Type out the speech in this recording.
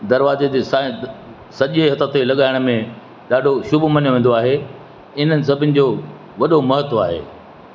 दरवाज़े जे साइड सॼे हथ ते लॻाइण में ॾाढो शुभु मञियो वेंदो आहे इन्हनि सभिनि जो वॾो महत्व आहे